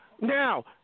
Now